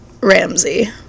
Ramsey